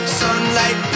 sunlight